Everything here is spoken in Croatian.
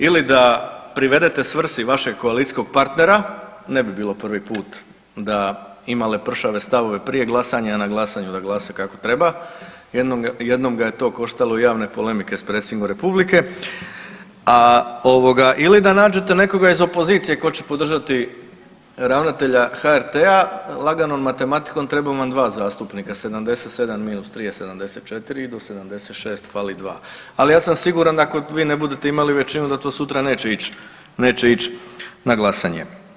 Ili da privedete svrsi vašeg koalicijskog partnera, ne bi bilo prvi put da ima lepršave stavove prije glasanja, a na glasanju da glasa kako treba, jednom ga je to koštalo javne polemike s predsjednikom Republike, a ovoga ili da nađete nekoga iz opozicije tko će podržati ravnatelja HRT-a, laganom matematikom treba vam 2 zastupnika 77–3 je 74 i do 76 fali 2. Ali ja sam siguran da ako vi ne budete imali većinu da to sutra neće ići, neće ići na glasanje.